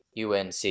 UNC